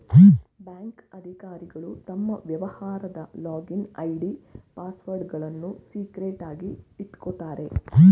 bank ಅಧಿಕಾರಿಗಳು ತಮ್ಮ ವ್ಯವಹಾರದ ಲಾಗಿನ್ ಐ.ಡಿ, ಪಾಸ್ವರ್ಡ್ಗಳನ್ನು ಸೀಕ್ರೆಟ್ ಆಗಿ ಇಟ್ಕೋತಾರೆ